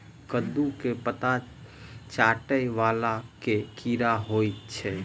कद्दू केँ पात चाटय वला केँ कीड़ा होइ छै?